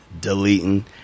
Deleting